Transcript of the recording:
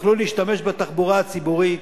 יוכלו להשתמש בתחבורה הציבורית.